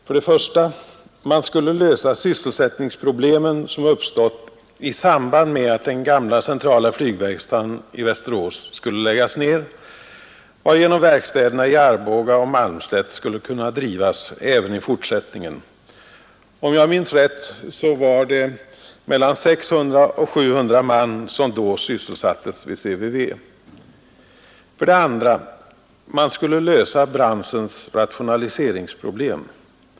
För det första skulle man lösa de sysselsättningsproblem som uppstått i samband med att Centrala flygverkstaden i Västerås skulle läggas ned, varigenom verkstäderna i Arboga och Malmslätt skulle kunna drivas även i fortsättningen. Om jag minns rätt var det mellan 600 och 700 man som då sysselsattes vid CVV. SE För det andra skulle man lösa branschens rationaliseringsproblem.